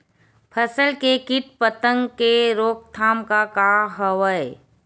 फसल के कीट पतंग के रोकथाम का का हवय?